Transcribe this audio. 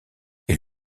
est